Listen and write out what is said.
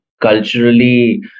culturally